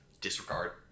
disregard